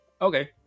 Okay